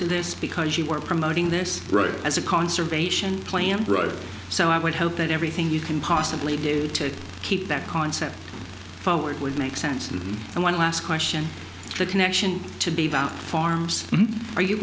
to this because you were promoting this right as a conservation plan broad so i would hope that everything you can possibly do to keep that concept forward would make sense and one last question the connection to be bout farms are you